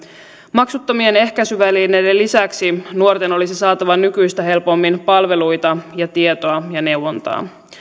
maksuttomien ehkäisyvälineiden lisäksi nuorten olisi saatava nykyistä helpommin palveluita tietoa ja neuvontaa